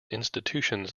institutions